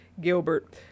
gilbert